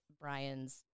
Brian's